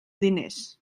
diners